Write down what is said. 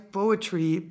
poetry